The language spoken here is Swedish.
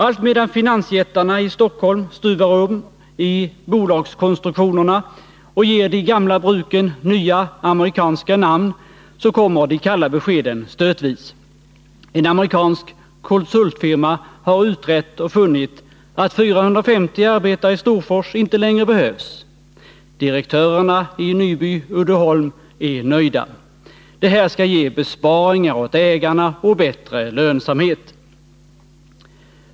Allt medan finansjättarna i Stockholm stuvar om i bolagskonstruktionerna och ger de gamla bruken nya amerikanska namn, kommer de kalla beskeden stötvis. En amerikansk konsultfirma har utrett och funnit att 450 arbetare i Storfors inte längre behövs. Direktörerna i Nyby-Uddeholm är nöjda. Det här skall ge besparingar åt ägarna och bättre lönsamhet.